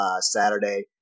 Saturday